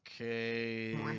okay